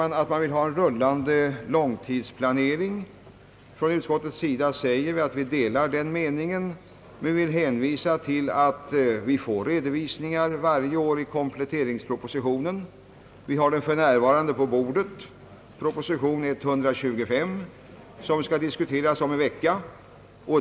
För det tredje vill man ha en rullande långtidsplanering. Vi reservanter instämmer i det önskemålet men framhåller att redovisningar lämnas varje år i kompletteringspropositionen,. Vi har den för närvarande på bordet, nämligen proposition 125, som skall diskuteras om en vecka.